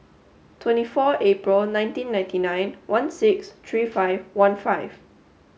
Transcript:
twenty four April nineteen ninety nine one six three five one five